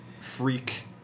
freak